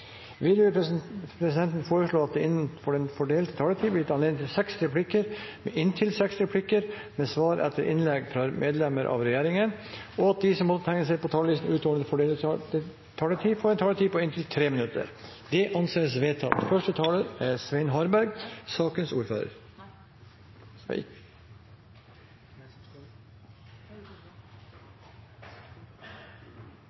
Videre vil presidenten foreslå at det blir gitt anledning til seks replikker med svar etter innlegg fra medlem av regjeringen innenfor den fordelte taletid, og at de som måtte tegne seg på talerlisten utover den fordelte taletid, får en taletid på inntil 3 minutter. – Det anses vedtatt. Det fortsettes med en opprydning på lotterifeltet, og det er